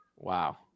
wow